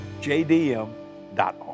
jdm.org